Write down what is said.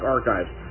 Archives